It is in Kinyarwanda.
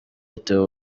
theo